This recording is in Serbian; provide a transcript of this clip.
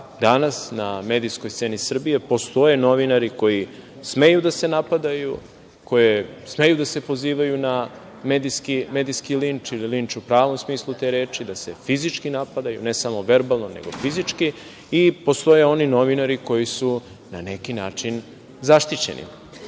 danas na medijskoj sceni Srbije postoje novinari koji smeju da se napadaju, koji smeju da se pozivaju na medijski linč ili linč u pravom smislu te reči, da se fizički napadaju, ne samo verbalno nego fizičkim i postoje oni novinari koji su na neki način, zaštićeni. Želim